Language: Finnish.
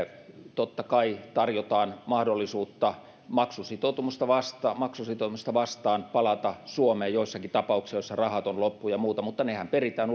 totta kai tarjotaan mahdollisuutta maksusitoumusta vastaan maksusitoumusta vastaan palata suomeen joissakin tapauksissa joissa rahat ovat loppu ja muuta mutta nehän peritään